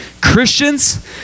Christians